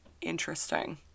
interesting